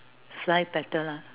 fly better lah